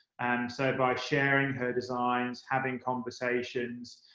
and so by sharing her designs, having conversations,